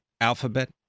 Alphabet